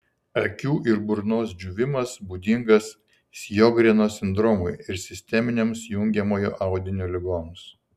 akių ir burnos džiūvimas būdingas sjogreno sindromui ir sisteminėms jungiamojo audinio ligoms